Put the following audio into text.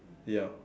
ya